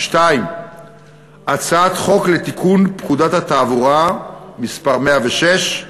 2. הצעת חוק לתיקון פקודת התעבורה (מס' 106)